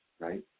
right